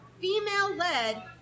female-led